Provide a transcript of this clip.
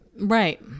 Right